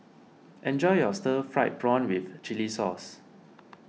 enjoy your Stir Fried Prawn with Chili Sauce